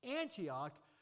Antioch